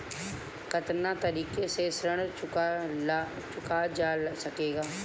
कातना तरीके से ऋण चुका जा सेकला?